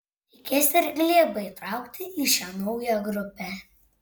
reikės ir glėbą įtraukti į šią naują grupę